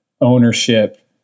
ownership